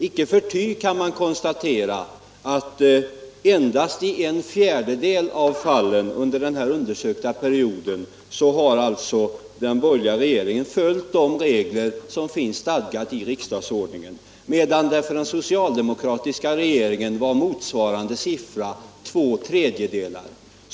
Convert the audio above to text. Icke förty kan man konstatera att endast i en fjärdedel av fallen under den undersökta perioden har den borgerliga regeringen följt de regler som är stadgade i riksdagsordningen, medan motsvarande frekvens för den socialdemokratiska regeringen var två tredjedelar.